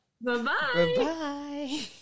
bye-bye